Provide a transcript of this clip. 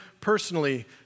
personally